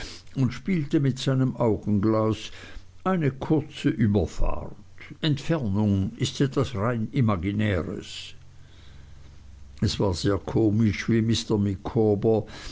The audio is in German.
und spielte mit seinem augenglas eine kurze überfahrt entfernung ist etwas rein imaginäres es war sehr komisch wie